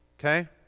Okay